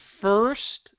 first